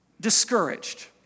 discouraged